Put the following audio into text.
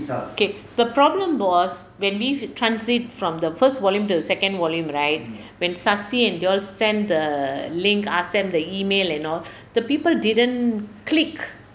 K the problem was when we transit from the first volume to the second volume right when sasi and they all send the link ask them the email and all the people didn't click